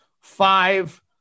five